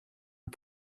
and